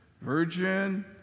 virgin